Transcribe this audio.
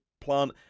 plant